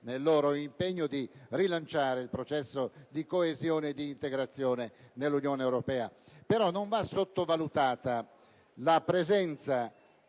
nel loro impegno di rilanciare il processo di coesione e di integrazione nell'Unione europea. Non va però sottovalutata la presenza